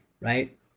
right